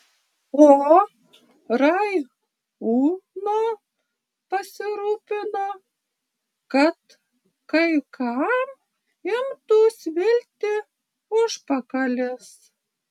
o rai uno pasirūpino kad kai kam imtų svilti užpakalis